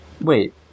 Wait